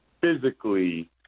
physically